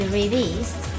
released